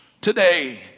today